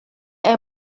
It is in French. est